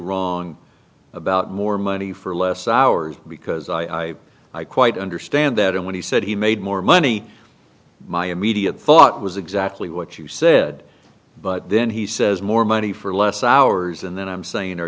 wrong about more money for less hours because i i quite understand that and when he said he made more money my immediate thought was exactly what you said but then he says more money for less hours and then i'm saying